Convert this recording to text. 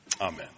Amen